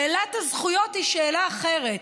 שאלת הזכויות היא שאלה אחרת.